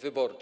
wyborczym.